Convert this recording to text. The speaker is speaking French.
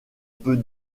peut